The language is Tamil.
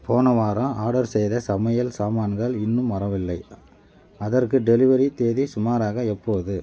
போன வாரம் ஆர்டர் செய்த சமையல் சாமான்கள் இன்னும் வரவில்லை அதற்கு டெலிவரி தேதி சுமாராக எப்போது